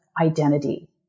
identity